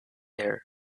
ear